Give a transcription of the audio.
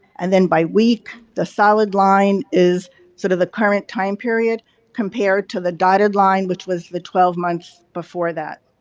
and then by week the solid line is sort of the current time period compared to the dotted line which was the twelve months before that.